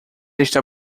está